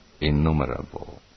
innumerable